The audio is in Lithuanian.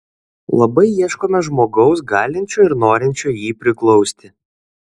labai ieškome žmogaus galinčio ir norinčio jį priglausti